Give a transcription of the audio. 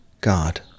God